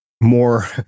more